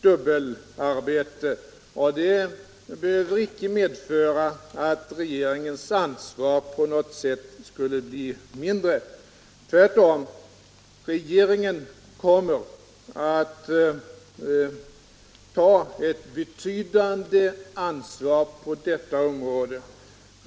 dubbelarbete, och det behöver icke medföra att regeringens ansvar på något sätt blir mindre. Tvärtom —- regeringen kommer att ta ett betydande ansvar på detta område.